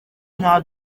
nta